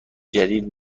جدید